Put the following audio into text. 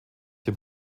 dem